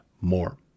more